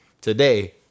today